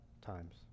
times